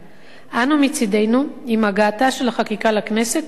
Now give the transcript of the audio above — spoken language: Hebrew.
עם הגעתה של החקיקה לכנסת נפעל להשלמתה ללא עיכוב,